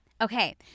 Okay